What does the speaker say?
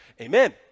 Amen